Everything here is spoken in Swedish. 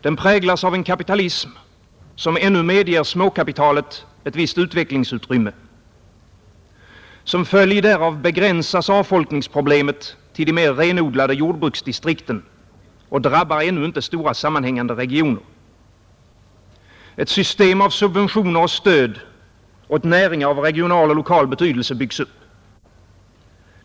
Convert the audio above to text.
Den präglas av en kapitalism, som ännu medger småkapitalet ett visst utvecklingsutrymme. Som följd därav begränsas avfolkningsproblemet till de mer renodlade jordbruksdistrikten och drabbar ännu inte stora sammanhängande regioner. Ett system av subventioner och stöd åt näringar av regional och lokal betydelse byggs upp.